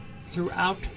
throughout